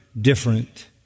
different